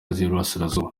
y’iburasirazuba